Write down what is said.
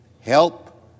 help